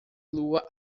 luar